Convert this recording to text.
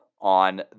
on